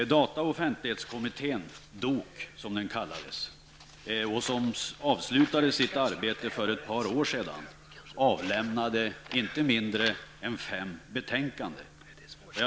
Data och offentlighetskommittén, DOK, avslutade sitt arbete för ett par år sedan och avlämnade inte mindre än fem betänkanden.